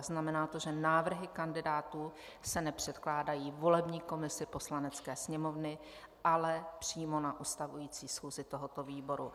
Znamená to, že návrhy kandidátů se nepředkládají volební komisi Poslanecké sněmovny, ale přímo na ustavující schůzi tohoto výboru.